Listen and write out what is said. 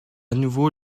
nouveau